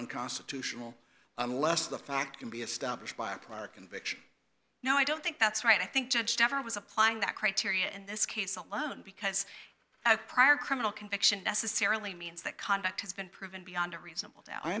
unconstitutional unless the fact can be established by a prior conviction no i don't think that's right i think judge starr was applying that criteria and this case alone because of prior criminal conviction necessarily means that conduct has been proven beyond a reasonable